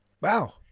Wow